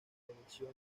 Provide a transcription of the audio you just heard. dirección